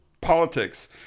politics